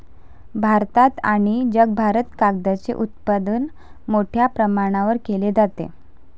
भारतात आणि जगभरात कागदाचे उत्पादन मोठ्या प्रमाणावर केले जाते